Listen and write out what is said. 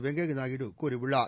வெங்கய்யாநாயுடு கூறியுள்ளார்